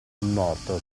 morto